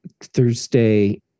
Thursday